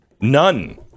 None